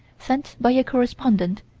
sent by a correspondent,